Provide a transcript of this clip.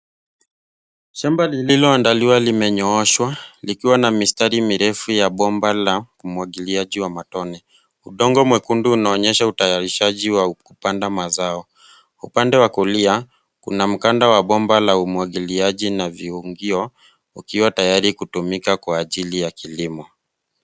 Shamba lililoandaliwa limenyooshwa likiwa na mistari mirefu ya bomba la umwagiliaji wa matone. Udongo mwekundu unaonyesha utayarishaji wa kupanda mazao. Upande wa kulia kuna mkanda wa bomba la umwagiliaji na viungio ukiwa tayari kutumika kwa ajili ya kilimo.